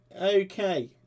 okay